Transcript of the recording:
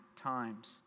times